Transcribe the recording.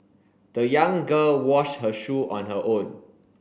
the young girl washed her shoe on her own